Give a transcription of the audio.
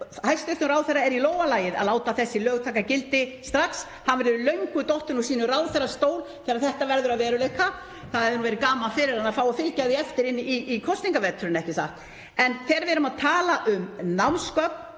hæstv. ráðherra er í lófa lagið að láta þessi lög taka gildi strax. Hann verður löngu dottinn úr sínum ráðherrastól þegar þetta verður að veruleika. Það hefði nú verið gaman að fá að fylgja því eftir inn í kosningaveturinn, ekki satt? En þegar við erum að tala um námsgögn